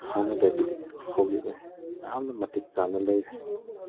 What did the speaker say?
ꯍꯥꯟꯅꯗꯒꯤꯗꯤ ꯍꯧꯖꯤꯛꯅ ꯌꯥꯝꯅ ꯃꯇꯤꯛ ꯆꯥꯅ ꯂꯩꯔꯦ